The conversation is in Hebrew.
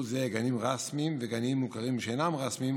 זהה גנים רשמיים וגנים מוכרים שאינם רשמיים,